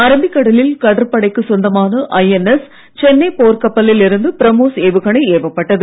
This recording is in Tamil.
அரபிக்கடலில் கடற்படைக்கு சொந்தமான ஐஎன்எஸ் சென்னை போர் கப்பலில் இருந்து பிரம்மோஸ் ஏவுகணை ஏவப்பட்டது